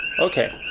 okay,